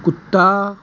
कुत्ता